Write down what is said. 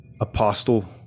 Apostle